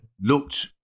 looked